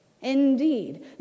indeed